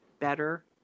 better